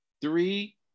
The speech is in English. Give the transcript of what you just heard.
three